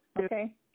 Okay